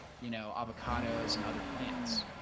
you know, avocados and other plants.